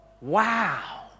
Wow